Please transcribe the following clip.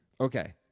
okay